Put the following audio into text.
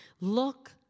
Look